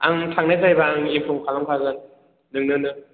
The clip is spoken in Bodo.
आं थांनाय जायोबा आं इन्फर्म खालामखागोन नोंनोनो